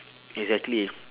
exactly